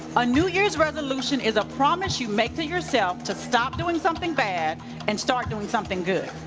a new year's resolution is a promise you make to yourself to stop doing something bad and start doing something good.